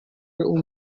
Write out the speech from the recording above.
اون